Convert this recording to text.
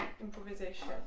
improvisation